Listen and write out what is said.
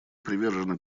привержены